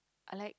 I like